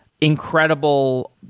incredible